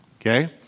okay